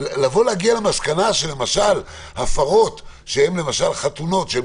לבוא להגיע למסקנה שהפרות שהן למשל חתונות שהן